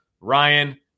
Ryan